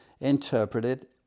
interpreted